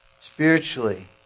spiritually